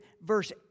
verse